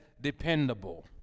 dependable